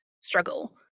struggle